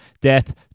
death